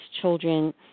children